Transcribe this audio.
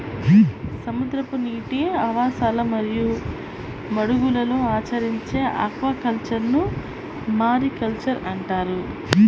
సముద్రపు నీటి ఆవాసాలు మరియు మడుగులలో ఆచరించే ఆక్వాకల్చర్ను మారికల్చర్ అంటారు